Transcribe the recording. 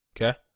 okay